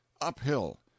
uphill